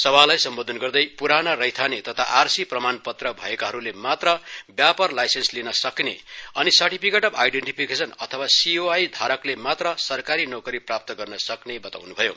सभालाई सम्बोधन गर्दै पूराना रैथाने तथा आरसि प्रमाणपत्र भएकाहरूले मात्र व्यापार लाइसेन्स लिन सकिने अनि सटिफिकेट अफ् आइडेन्टीफिकेशन अथवा सिओआई धारकले मात्र सरकारी नोकरी प्राप्त गर्न सक्ने बताउनुभयो